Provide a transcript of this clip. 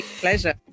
pleasure